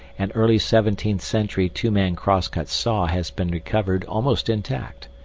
an early seventeenth century two-man crosscut saw has been recovered almost intact.